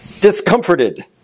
discomforted